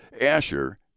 Asher